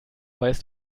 weißt